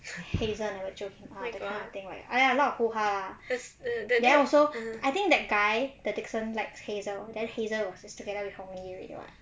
hazel never jio him out that kind of thing like a lot of hoo-ha lah then also I think that guy the dickson likes hazel then hazel was together with hong lin already [what]